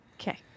Okay